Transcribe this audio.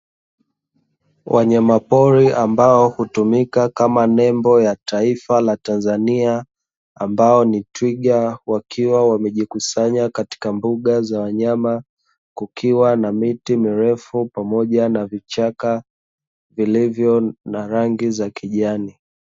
Wanyamapori ambao hutumika kama nembo la taifa la TANZANIA, ambao ni twiga, wakiwa wamejikusanya katika muga za wanyama, kukiwa na miti mirefu pamoja na vichaka vilivyo na rangi za kijani.